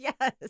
Yes